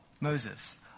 Moses